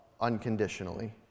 unconditionally